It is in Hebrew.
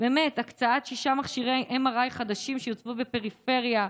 הקצאת שישה מכשירי MRI חדשים שיוצבו בפריפריה,